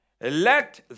Let